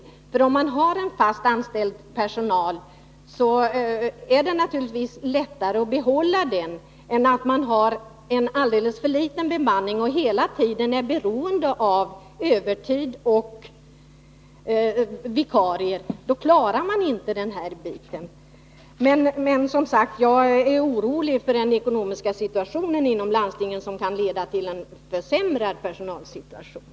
Om man har en större andel fast anställd personal är det lättare att behålla den än om man har en alldeles för liten bemanning och är beroende av övertid och vikarier. Men jag är orolig för att den ekonomiska situationen inom landstingen skall leda till en försämrad personalsituation.